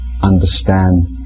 understand